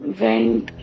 went